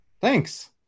Thanks